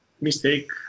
mistake